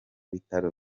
bitaro